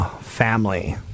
family